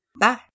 Bye